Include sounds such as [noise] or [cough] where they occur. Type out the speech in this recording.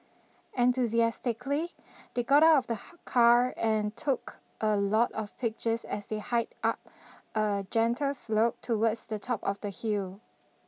enthusiastically they got out of the [noise] car and took a lot of pictures as they hiked up a gentle slope towards the top of the hill